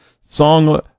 Song